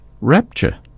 rapture